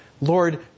Lord